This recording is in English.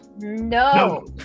No